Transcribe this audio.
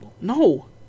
No